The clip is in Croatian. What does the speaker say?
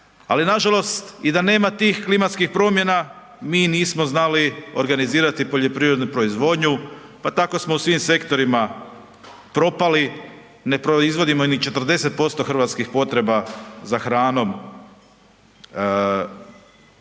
ali nažalost i da nema tih klimatskih promjena mi nismo znali organizirati poljoprivrednu proizvodnju, pa tako smo u svim sektorima propali, ne proizvodimo ni 40% hrvatskih potreba za hranom